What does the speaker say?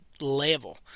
level